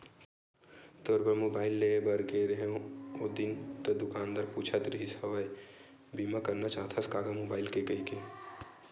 तोर बर मुबाइल लेय बर गे रेहें हव ओ दिन ता दुकानदार पूछत रिहिस हवय बीमा करना चाहथस का गा मुबाइल के कहिके